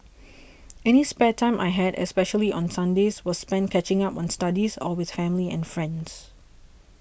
any spare time I had especially on Sundays was spent catching up on studies or with family and friends